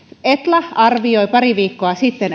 etla arvioi pari viikkoa sitten